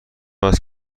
است